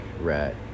rat